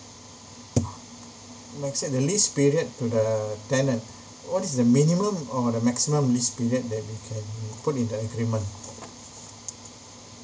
let's say the lease period to the tenant what is the minimum or the maximum lease period that we can put in the agreement